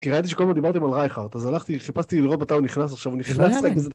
כי ראיתי שכל מה דיברתם על רייחרט אז הלכתי חיפשתי לראות מתי הוא נכנס עכשיו הוא נכנס